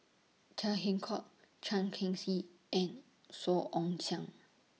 Chia Keng Hock Tan Cheng Kee and Song Ong Siang